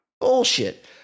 Bullshit